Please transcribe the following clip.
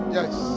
Yes